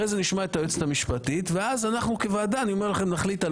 לאחר מכן נשמע את היועצת המשפטית ואז כוועדה נחליט על